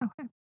Okay